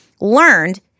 learned